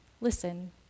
Listen